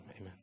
Amen